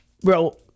bro